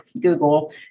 Google